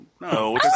no